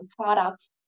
products